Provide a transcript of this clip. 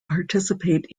participate